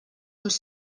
uns